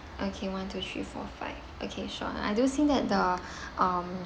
okay one two three four five okay sure I do see that the um